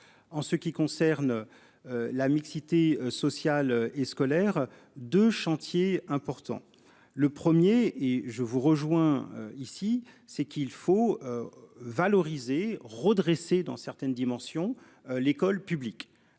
En ce qui concerne. La mixité sociale et scolaire de chantiers importants le 1er et je vous rejoins ici c'est qu'il faut. Valoriser redresser dans certaines dimensions l'école publique.